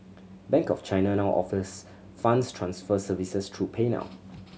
bank of China now offers funds transfer services through PayNow